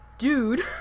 Dude